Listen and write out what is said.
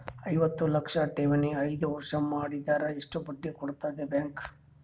ಐವತ್ತು ಲಕ್ಷ ಠೇವಣಿ ಐದು ವರ್ಷ ಮಾಡಿದರ ಎಷ್ಟ ಬಡ್ಡಿ ಕೊಡತದ ಬ್ಯಾಂಕ್?